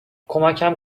کمکم